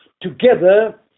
Together